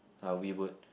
uh we would